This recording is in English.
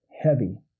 heavy